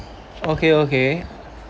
okay okay